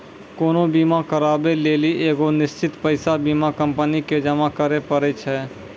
कोनो बीमा कराबै लेली एगो निश्चित पैसा बीमा कंपनी के जमा करै पड़ै छै